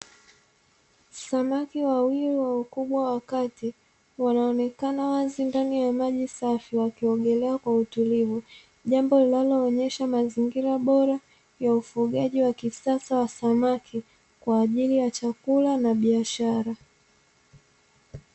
Samaki wawili wa ukubwa wa kati, wanaonekana wazi ndani ya maji safi wakiogelea kwa utulivu. Jambo linaloonyesha mazingira bora ya ufugaji wa kisasa wa samaki, kwa ajili ya chakula na biashara.